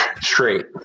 straight